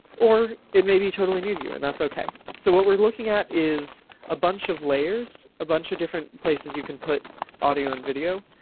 or it may be totally new to you and that's okay. so what we're looking at is a bunch of layers, a bunch of different places you can put audio and video.